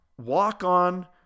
walk-on